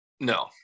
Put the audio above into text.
no